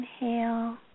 Inhale